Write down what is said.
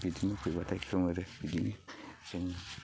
बिदिनो फैब्लाथाय खोमोरो बिदिनो जों